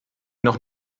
noch